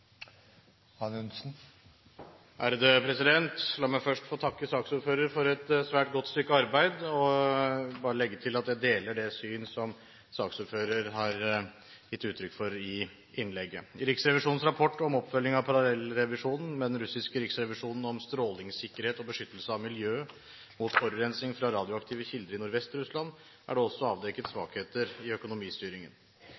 La meg først få takke saksordføreren for et svært godt stykke arbeid. Jeg vil bare legge til at jeg deler det synet som saksordføreren har gitt uttrykk for i innlegget. I Riksrevisjonens rapport om oppfølging av parallellrevisjonen med den russiske riksrevisjonen om strålingssikkerhet og beskyttelse av miljøet og forurensning fra radioaktive kilder i Nordvest-Russland er det også avdekket